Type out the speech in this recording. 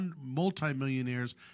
multi-millionaires